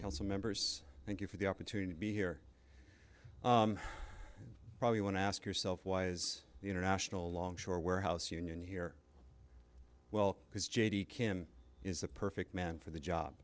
he also members thank you for the opportunity to be here probably want to ask yourself why is the international longshore warehouse union here well because j d kim is the perfect man for the job